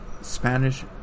Spanish